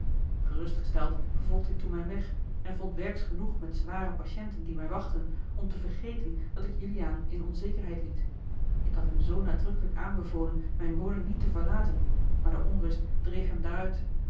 gerustgesteld vervolgde ik toen mijn weg en vond werks genoeg met zware patiënten die mij wachtte om te vergeten dat ik juliaan in onzekerheid liet ik had hem zoo nadrukkelijk aanbevolen mijne woning niet te verlaten maar de onrust dreef hem